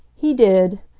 he did.